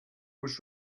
was